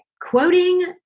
Quoting